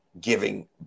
giving